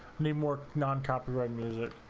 name work nonstop when the